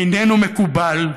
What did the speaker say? איננו מקובל,